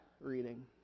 reading